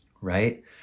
right